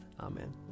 Amen